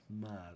Mad